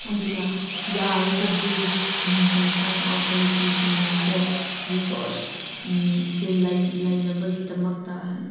ꯑꯗꯨꯅ ꯌꯥꯔꯒꯗꯤ ꯀꯟꯁꯔꯟ ꯑꯣꯊꯣꯔꯤꯇꯤꯁꯤꯡꯅ ꯀꯣ ꯔꯤꯁꯣꯔꯁ ꯁꯤ ꯂꯩꯅꯕꯒꯤꯗꯃꯛꯇ